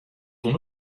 ton